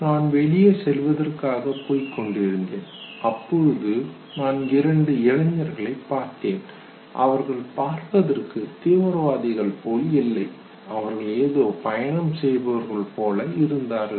நான் வெளியே செல்வதற்காக போய்க்கொண்டிருந்தேன் அப்பொழுது நான் இரண்டு இளைஞர்களை பார்த்தேன் அவர்களை பார்ப்பதற்கு தீவிரவாதிகள் போல் இல்லை அவர்கள் ஏதோ பயணம் செய்பவர்கள் போல இருந்தார்கள்